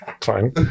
fine